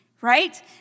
right